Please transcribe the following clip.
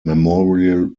memorial